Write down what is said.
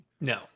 No